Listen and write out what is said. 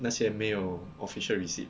那些没有 official receipt 的